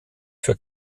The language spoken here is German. für